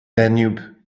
danube